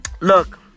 look